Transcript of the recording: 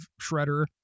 Shredder